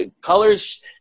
colors